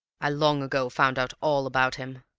i long ago found out all about him.